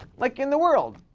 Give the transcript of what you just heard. like, in the world.